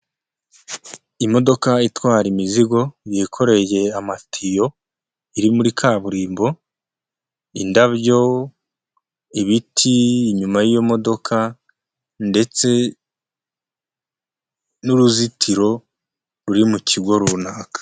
Imodoka itwara imizigo ,yikorege amatiyo, iri muri kaburimbo, indabyo, ibiti ,inyuma y'iyo modoka ndetse n'uruzitiro ruri mu kigo runaka.